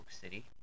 City